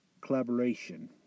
collaboration